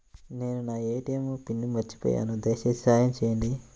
నేను నా ATM pin మర్చిపోయాను దయచేసి సహాయం చేయండి